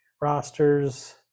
rosters